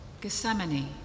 Gethsemane